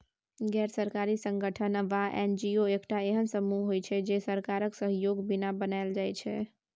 गैर सरकारी संगठन वा एन.जी.ओ एकटा एहेन समूह होइत छै जे सरकारक सहयोगक बिना बनायल जाइत छै